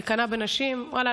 "את מקנאה בנשים" ואללה,